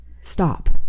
stop